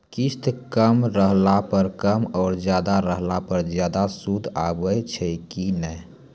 किस्त कम रहला पर कम और ज्यादा रहला पर ज्यादा सूद लागै छै कि नैय?